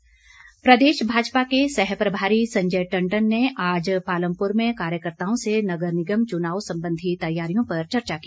संजय टंडन प्रदेश भाजपा के सहप्रभारी संजय टंडन ने आज पालमपुर में कार्यकर्ताओं से नगर निगम चुनाव संबंधी तैयारियों पर चर्चा की